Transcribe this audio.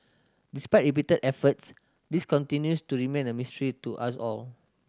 despite repeated efforts this continues to remain a mystery to us all